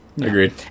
agreed